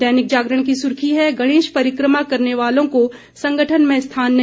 दैनिक जागरण की सुर्खी है गणेश परिक्रमा करने वालों को संगठन में स्थान नहीं